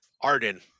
Arden